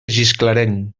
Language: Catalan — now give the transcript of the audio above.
gisclareny